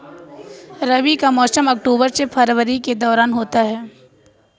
रबी का मौसम अक्टूबर से फरवरी के दौरान होता है